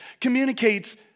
communicates